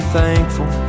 thankful